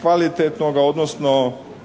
kvalitetnoga, odnosno